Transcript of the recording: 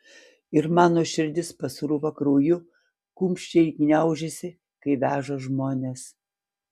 ir mano širdis pasrūva krauju kumščiai gniaužiasi kai veža žmones